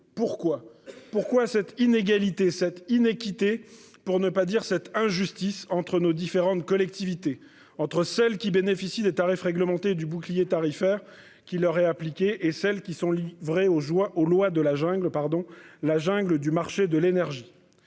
Pourquoi, pourquoi cette inégalité cette inéquité pour ne pas dire cette injustice entre nos différentes collectivités entre celles qui bénéficient des tarifs réglementés du bouclier tarifaire qui leur est appliqué et celles qui sont livrés aux joies au loi de la jungle, pardon la jungle du marché de l'énergie.